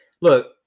Look